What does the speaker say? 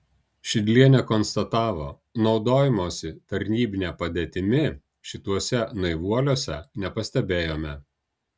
šidlienė konstatavo naudojimosi tarnybine padėtimi šituose naivuoliuose nepastebėjome